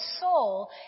soul